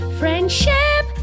friendship